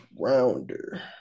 rounder